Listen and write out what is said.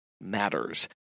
matters